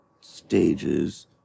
stages